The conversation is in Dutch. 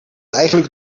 eigenlijk